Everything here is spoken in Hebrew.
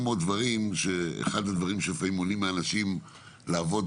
אחד הדברים שלפעמים מונעים מאנשים לעבוד